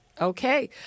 Okay